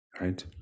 right